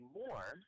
more